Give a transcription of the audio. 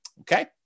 Okay